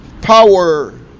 power